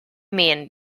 mean